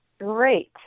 Great